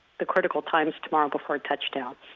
ah critical times tomorrow before touchdown?